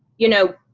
you know,